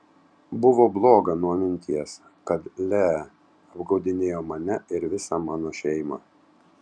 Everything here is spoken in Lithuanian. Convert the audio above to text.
buvo bloga nuo minties kad lee apgaudinėjo mane ir visą mano šeimą